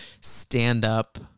stand-up